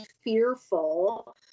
fearful